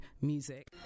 music